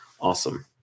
awesome